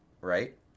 right